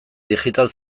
digital